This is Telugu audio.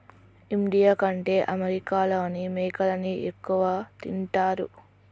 ఇండియా కంటే అమెరికాలోనే మేకలని ఎక్కువ తింటారు